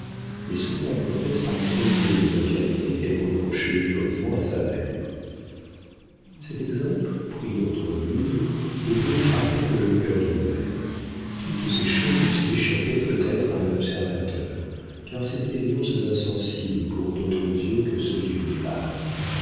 mais souvent la comtesse paraissait ennuyée de l'infirmité qu'elle reprochait étourdiment à sa mère cet exemple pris entre mille ne pouvait frapper que le cœur d'une mère toutes ces choses eussent échappé peut-être à un observateur car c'était des nuances insensibles pour d'autres yeux que ceux d'une femme